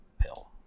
pill